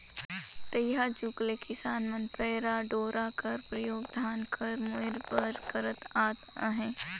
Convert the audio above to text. तइहा जुग ले किसान मन पैरा डोरा कर परियोग धान कर मोएर बर करत आत अहे